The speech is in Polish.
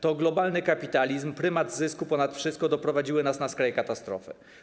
To globalny kapitalizm, prymat zysku ponad wszystko doprowadziły nas na skraje katastrofy.